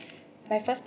my first